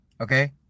Okay